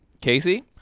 Casey